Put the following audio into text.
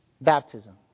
baptism